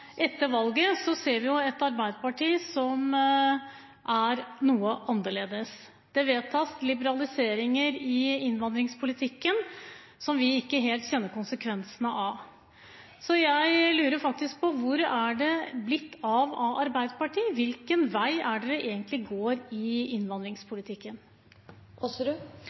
etter valget ser vi et arbeiderparti som er noe annerledes. Det vedtas liberaliseringer i innvandringspolitikken som vi ikke helt vet konsekvensene av. Så jeg lurer på: Hvor er det blitt av Arbeiderpartiet? Hvilken vei er det de egentlig går i innvandringspolitikken?